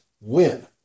win